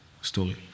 story